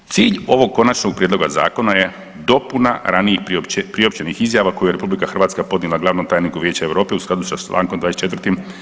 Cilj ovog konačnog prijedloga zakona je dopuna ranijih priopćenih izjava koje je RH podnijela glavnom tajniku Vijeća Europe u skladu sa čl. 24.